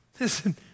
Listen